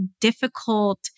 difficult